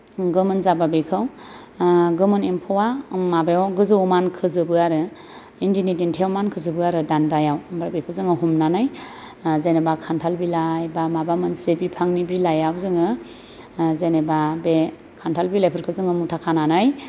गोमोन जाब्ला बेखौ गोमोन एम्फौआ माबायाव गोजौआव मानखोजोबो आरो इन्दिनि देन्थायाव मानखोजोबो आरो दान्दायाव ओमफ्राय बेखौ जोङो हमनानै जेनेबा खान्थाल बिलाइ बा माबा मोनसे बिफांनि बिलाइयाव जोङो जेनेबा बे खान्थाल बिलाइफोरखौ जोङो मुथा खानानै